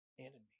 enemy